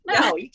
no